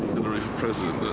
hillary for president,